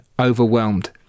overwhelmed